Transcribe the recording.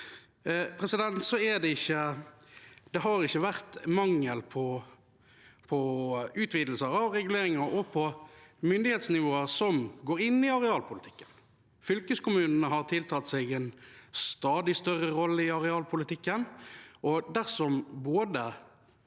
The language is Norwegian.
Det har ikke vært mangel på utvidelser av reguleringer på myndighetsnivå som går inn i arealpolitikken. Fylkeskommunene har tatt en stadig større rolle i arealpolitikken, og dersom både